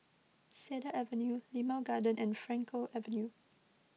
Cedar Avenue Limau Garden and Frankel Avenue